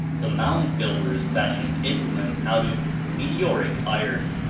the mound builders fashioned implements out of meteoric iron.